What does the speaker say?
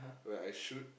where I shoot